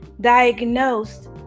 diagnosed